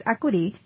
Equity